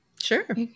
sure